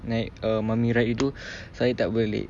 naik uh mummy ride itu saya tak boleh